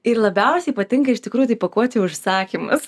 ir labiausiai patinka iš tikrųjų tai pakuoti užsakymus